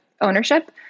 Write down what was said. ownership